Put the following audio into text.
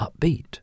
upbeat